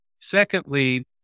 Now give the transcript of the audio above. Secondly